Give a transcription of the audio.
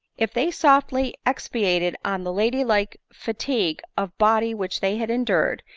if they sofdy expatiated on the lady-like fatigue of body which they had endured,